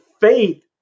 faith